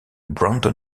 brandon